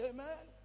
Amen